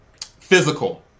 physical